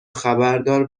خبردار